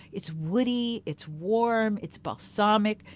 it's woody, it's warm, it's balsamic,